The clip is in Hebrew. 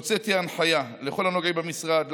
הוצאתי הנחיה לכל הנוגעים במשרד,